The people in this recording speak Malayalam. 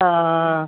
ആ